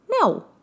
No